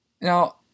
Now